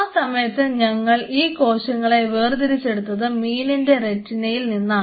ആ സമയത്ത് ഞങ്ങൾ ഈ കോശങ്ങളെ വേർതിരിച്ചെടുത്തത് മീനിൻറെ റെറ്റിനയിൽ നിന്നാണ്